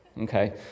okay